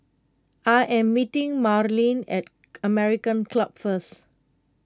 I am meeting Marlene at American Club first